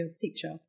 picture